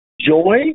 joy